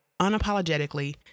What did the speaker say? unapologetically